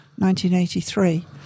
1983